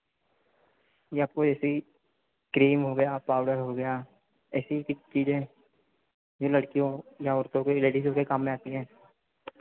या कोई ऐसी क्रीम हो गया पाउडर हो गया ऐसी कुछ चीज़ें जो लड़कियों या औरतों के ही लेडीज़ों के काम में आती हैं